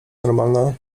normalna